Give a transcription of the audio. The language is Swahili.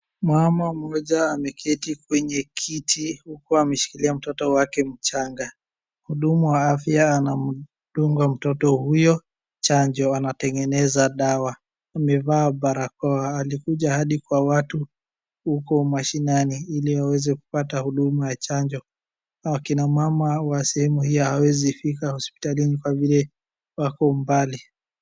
Mmama mmoja ameketi kwenye kiti huku ameshikilia mtoto wake mchanga . Mhudumu wa afya anamdunga mtoto huyo chanjo .Anatengeneza dawa amevaa barakoa alikuja hadi kwa watu huko mashinani, ili waweze kupata huduma ya chanjo. Wakina mama wa sehemu hii hawawezi fika hospitalini kwa vile wako mbali.